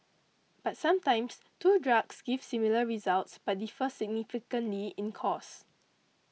but sometimes two drugs give similar results but differ significantly in costs